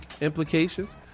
implications